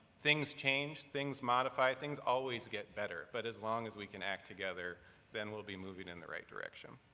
things change, things modify, things always get better, but as long as we can act together then we'll be moving in the right direction.